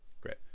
great